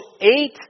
eight